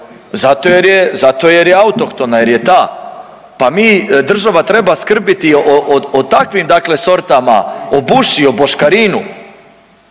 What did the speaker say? zato jer je autohtona jer je ta. Pa mi, država treba skrbiti o takvim dakle sortama o buši, o boškarinu,